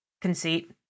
conceit